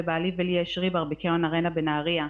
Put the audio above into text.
לבעלי ולי יש "ריבאר" בקניון ארנה בנהריה.